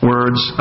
Words